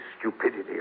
stupidity